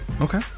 Okay